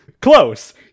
Close